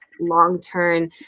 long-term